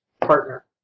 partner